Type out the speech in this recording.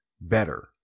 better